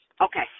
Okay